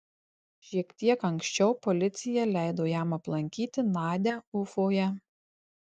šiek tiek anksčiau policija leido jam aplankyti nadią ufoje